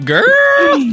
Girl